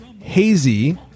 hazy